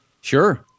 Sure